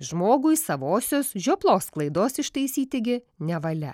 žmogui savosios žioplos klaidos ištaisyti gi nevalia